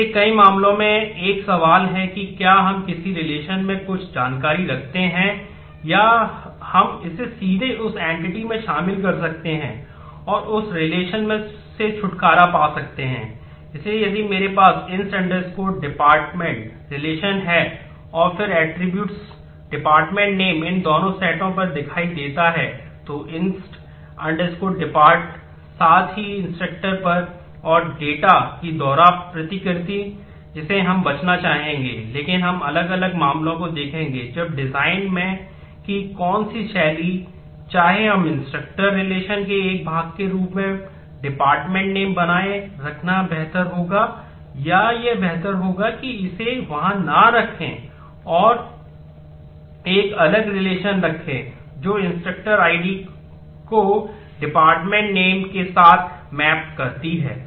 इसलिए कई मामलों में एक सवाल है कि क्या हम किसी रिलेशन करती है